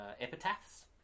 epitaphs